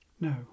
No